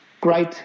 great